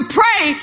pray